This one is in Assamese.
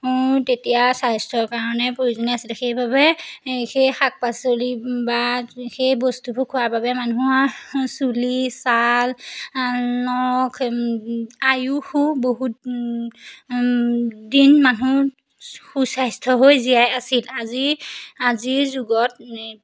তেতিয়া স্বাস্থ্যৰ কাৰণে প্ৰয়োজনীয় আছিলে সেইবাবে সেই শাক পাচলি বা সেই বস্তুবোৰ খোৱাৰ বাবে মানুহৰ চুলি চাল নখ আয়ুসো বহুত দিন মানুহ সু স্বাস্থ্য হৈ জীয়াই আছিল আজি আজিৰ যুগত